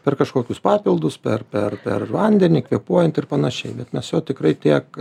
per kažkokius papildus per per per vandenį kvėpuojant ir panašiai bet mes jo tikrai tiek